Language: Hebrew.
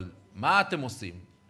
אבל מה אתם עושים?